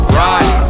right